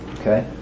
Okay